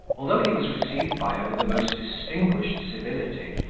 although he was received by her with the most distinguished civility,